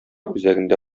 үзәгендә